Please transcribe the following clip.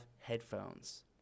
headphones